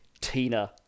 Tina